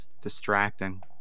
distracting